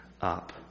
up